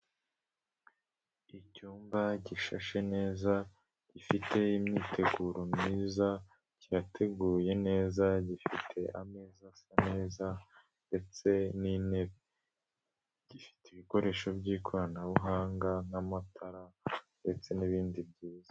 Icyumba gishashe neza gifite imyiteguro myiza kirateguye neza gifite ameza asa neza ndetse n'intebe. Gifite ibikoresho by'ikoranabuhanga nk'amatara ndetse n'ibindi byiza.